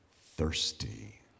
thirsty